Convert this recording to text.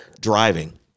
driving